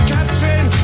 Captain